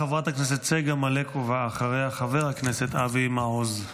חברת הכנסת צגה מלקו, ואחריה, חבר הכנסת אבי מעוז.